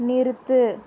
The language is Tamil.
நிறுத்து